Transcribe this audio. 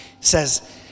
says